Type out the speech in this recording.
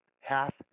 half